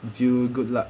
give you good luck